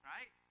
Right